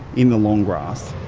in the long grass.